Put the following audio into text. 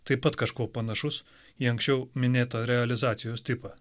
taip pat kažkuo panašus į anksčiau minėtą realizacijos tipą